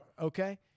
okay